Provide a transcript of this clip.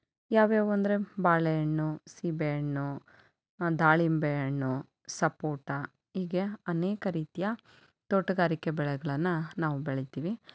ಯಾವ್ಯಾವು ಅಂದರೆ ಬಾಳೆಹಣ್ಣು ಸೀಬೆ ಹಣ್ಣು ದಾಳಿಂಬೆ ಹಣ್ಣು ಸಪೋಟ ಹೀಗೆ ಅನೇಕ ರೀತಿಯ ತೋಟಗಾರಿಕೆ ಬೆಳೆಗಳನ್ನು ನಾವು ಬೆಳಿತೀವಿ